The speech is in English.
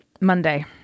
Monday